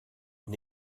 une